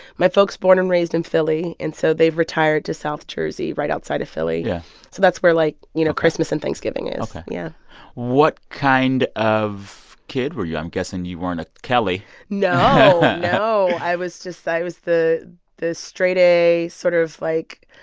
my folks born and raised in philly, and so they've retired to south jersey right outside of philly yeah so that's where, like, you know, christmas and thanksgiving is ok yeah what kind of kid were you? i'm guessing you weren't a kelli no no. i was just i was the the straight-a sort of, like,